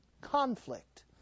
conflict